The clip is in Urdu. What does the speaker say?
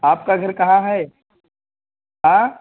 آپ کا گھر کہاں ہے آں